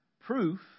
proof